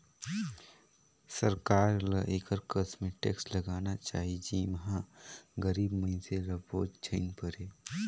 सरकार ल एकर कस में टेक्स लगाना चाही जेम्हां गरीब मइनसे ल बोझ झेइन परे